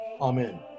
Amen